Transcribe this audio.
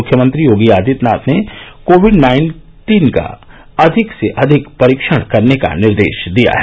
मुख्यमंत्री योगी आदित्यनाथ ने COVID nineteen का अधिक से अधिक परीक्षण करने का निर्देश दिया है